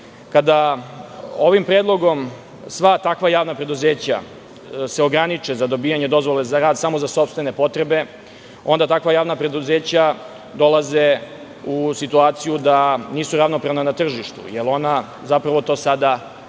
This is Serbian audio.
se ovim predlogom sva takva preduzeća ograniče za dobijanje dozvole za rad samo za sopstvene potrebe, onda takva javna preduzeća dolaze u situaciju da nisu ravnopravna na tržištu, jer ona zapravo to sada jesu.